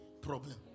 problem